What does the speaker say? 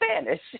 Spanish